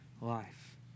life